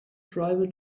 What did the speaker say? tribal